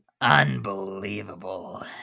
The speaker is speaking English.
unbelievable